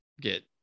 get